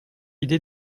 idée